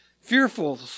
Fearful